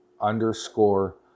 underscore